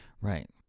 Right